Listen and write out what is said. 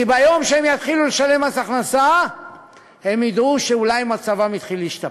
כי ביום שהם יתחילו לשלם מס הכנסה הם ידעו שאולי מצבם יתחיל להשתפר.